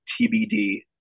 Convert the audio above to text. TBD